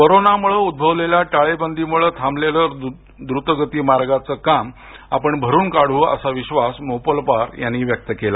corona मुळे उद्भवलेल्या टाळेबंदीमुळे थांबलेलं द्रुतगती मार्गाचं काम आपण भरून काढू असा विश्वास मोपलवार यांनी यावेळी व्यक्त केला